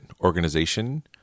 organization